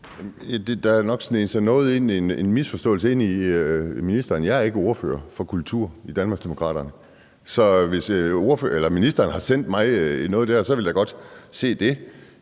sneget sig en misforståelse ind hos ministeren. Jeg er ikke ordfører for kulturområdet i Danmarksdemokraterne, så hvis ministeren har sendt mig noget der, så vil jeg godt se det.